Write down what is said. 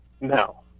No